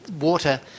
water